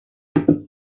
déu